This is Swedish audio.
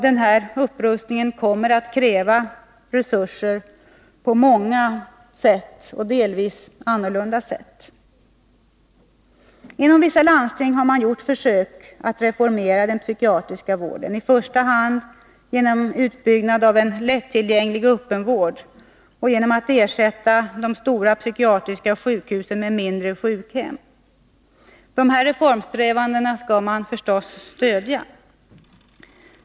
Denna upprustning kommer att kräva resurser på många och delvis annorlunda sätt. Inom vissa landsting har man gjort försök att reformera den psykiatriska vården, i första hand genom utbyggnad av en lättillgänglig öppen vård och genom att ersätta de stora psykiatriska sjukhusen med mindre sjukhem. Dessa reformsträvanden skall förstås stödjas.